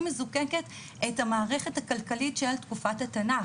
מזוקקת את המערכת הכלכלית של תקופת התנ"ך.